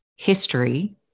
history